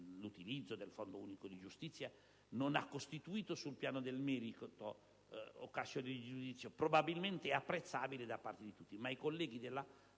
l'utilizzo del Fondo unico di giustizia non ha costituito sul piano del merito occasione di giudizio. Probabilmente è apprezzabile da parte di tutti, ma i colleghi